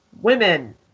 Women